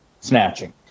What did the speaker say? snatching